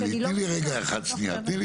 תני לי רגע אחד שנייה.